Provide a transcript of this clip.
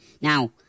Now